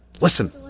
Listen